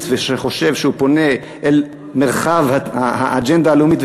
ושחושב שהוא פונה אל מרחב האג'נדה הלאומית,